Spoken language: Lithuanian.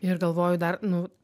ir galvoju dar nu